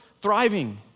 thriving